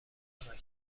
هماکنون